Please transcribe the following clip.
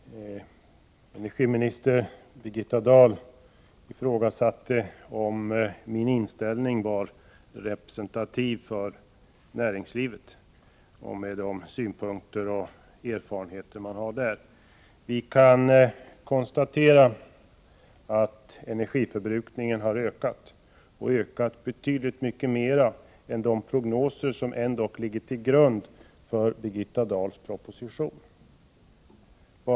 Herr talman! Energiminister Birgitta Dahl ifrågasatte om min inställning var representativ för näringslivet och överensstämde med de synpunkter och erfarenheter man har där. Vi kan konstatera att energiförbrukningen har ökat, och ökat betydligt mer än de prognoser visar som ändock ligger till grund för Birgitta Dahls proposition.